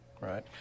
right